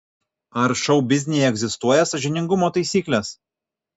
ar šou biznyje egzistuoja sąžiningumo taisyklės